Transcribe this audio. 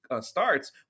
starts